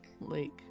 Lake